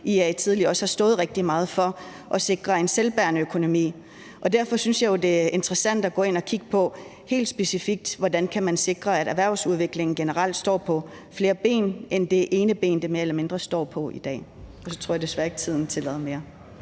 IA tidligere også har stået rigtig meget for, altså at sikre en selvbærende økonomi. Derfor synes jeg jo, det er interessant helt specifikt at gå ind og kigge på, hvordan man kan sikre, at erhvervsudviklingen generelt står på flere ben end det ene ben, det mere eller mindre står på i dag – og så tror jeg desværre ikke, tiden tillader mere